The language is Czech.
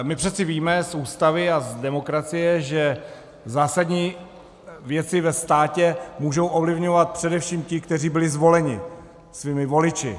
My přece víme z Ústavy a z demokracie, že zásadní věci ve státě můžou ovlivňovat především ti, kteří byli zvoleni svými voliči.